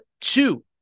two